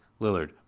Lillard